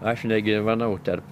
aš negyvenau tarp